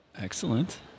Excellent